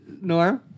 Norm